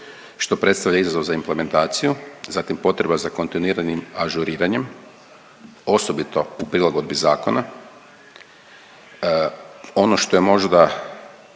što predstavlja izazov za implementaciju, zatim potreba za kontinuiranim ažuriranjem, osobito u prilagodbi zakona. Ono što je možda